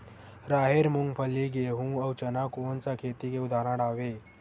राहेर, मूंगफली, गेहूं, अउ चना कोन सा खेती के उदाहरण आवे?